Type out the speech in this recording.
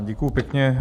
Děkuji pěkně.